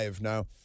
now